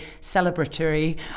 celebratory